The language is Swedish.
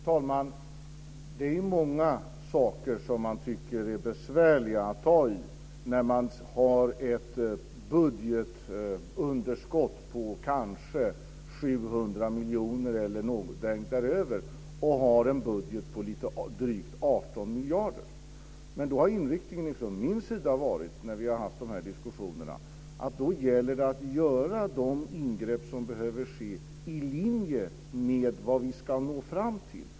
Herr talman! Det är många saker som man tycker är besvärliga att ta i när man har ett budgetunderskott på kanske 700 miljoner eller däröver och har en budget på drygt 18 miljarder. Inriktningen från min sida när vi har haft de här diskussionerna har då varit att det gäller att göra de ingrepp som behöver ske i linje med vad vi ska nå fram till.